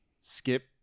skip